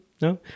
No